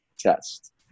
test